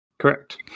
correct